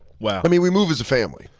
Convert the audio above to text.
wow. i mean, we move as a family.